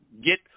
get